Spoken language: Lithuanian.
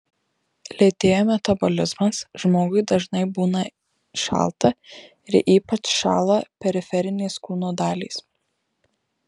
lėtėja metabolizmas žmogui dažnai būna šalta ir ypač šąla periferinės kūno dalys